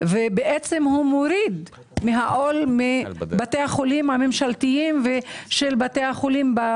ובכך מוריד מהעול שיש על בתי החולים הממשלתיים באזור,